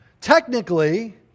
Technically